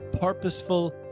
purposeful